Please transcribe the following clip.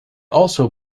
also